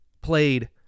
played